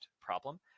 problem